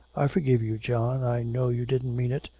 i forgive you, john, i know you didn't mean it,